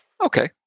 Okay